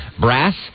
Brass